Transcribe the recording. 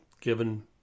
given